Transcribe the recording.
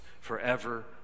forever